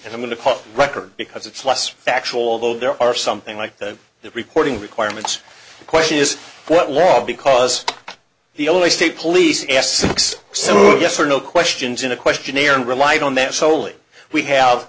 and i'm going to record because it's less factual although there are something like that reporting requirements question is what law because the only state police essex soon yes or no questions in a questionnaire and relied on that solely we have